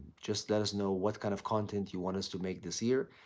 just let us know what kind of content you want us to make this year.